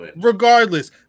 Regardless